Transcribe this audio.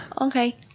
Okay